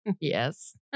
Yes